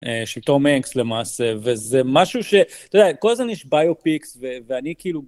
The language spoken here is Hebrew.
של טום הנקס למעשה וזה משהו שאתה יודע, כל הזמן יש ביו פיקס ואני כאילו.